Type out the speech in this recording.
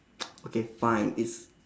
okay fine it's